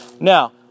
Now